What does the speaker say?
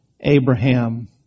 Abraham